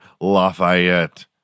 Lafayette